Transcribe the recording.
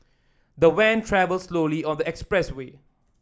the van travelled slowly on the expressway